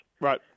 Right